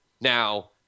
Now